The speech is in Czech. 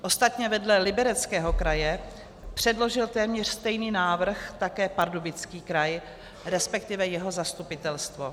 Ostatně vedle Libereckého kraje předložil téměř stejný návrh také Pardubický kraj, resp. jeho zastupitelstvo.